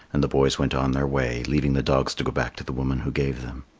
and the boys went on their way, leaving the dogs to go back to the woman who gave them.